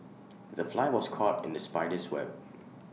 the fly was caught in the spider's web